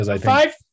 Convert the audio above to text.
Five –